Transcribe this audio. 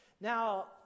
Now